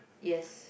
yes